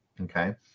Okay